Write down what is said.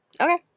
Okay